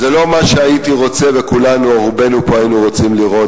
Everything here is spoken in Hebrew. זה לא מה שהייתי רוצה ומה שרובנו פה היינו רוצים לראות.